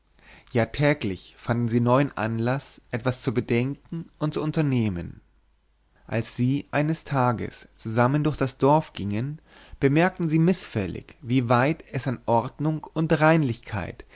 ja täglich fanden sie neuen anlaß etwas zu bedenken und zu unternehmen als sie eines tages zusammen durch das dorf gingen bemerkten sie mißfällig wie weit es an ordnung und reinlichkeit